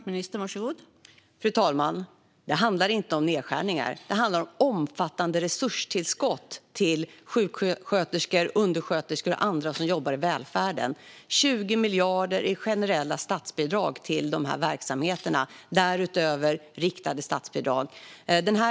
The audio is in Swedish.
Fru talman! Det handlar inte om nedskärningar utan om omfattande resurstillskott till sjuksköterskor, undersköterskor och andra som jobbar i välfärden. Det blir 20 miljarder i generella statsbidrag till dessa verksamheter. Därutöver sker riktade statsbidrag.